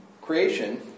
creation